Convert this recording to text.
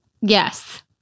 Yes